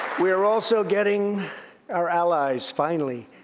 we are also getting our allies, finally,